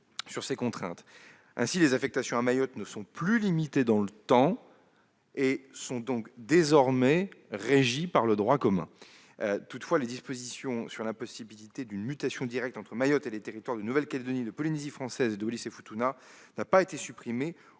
sur ces contraintes. Ainsi, les affectations à Mayotte ne sont plus limitées dans le temps et sont donc désormais régies par le droit commun. Toutefois, la disposition sur la possibilité d'une mutation directe entre Mayotte et les territoires de Nouvelle-Calédonie, de Polynésie française et de Wallis-et-Futuna n'a pas été supprimée